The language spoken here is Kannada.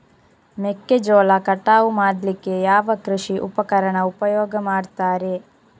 ಮೆಕ್ಕೆಜೋಳ ಕಟಾವು ಮಾಡ್ಲಿಕ್ಕೆ ಯಾವ ಕೃಷಿ ಉಪಕರಣ ಉಪಯೋಗ ಮಾಡ್ತಾರೆ?